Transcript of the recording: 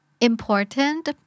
important